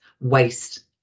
waste